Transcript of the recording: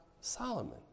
Solomon